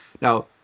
Now